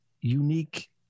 unique